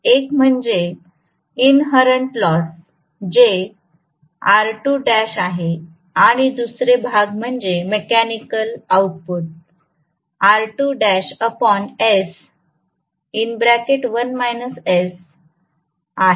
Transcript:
एक म्हणजे inherent loss जे आहे आणि दुसरे भाग म्हणजे मेकॅनिकल आउटपुट आहे